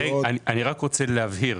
אני רק רוצה להבהיר,